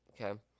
Okay